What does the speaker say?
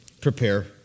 prepare